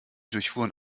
durchfuhren